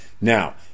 Now